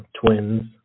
twins